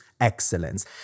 excellence